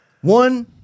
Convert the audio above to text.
one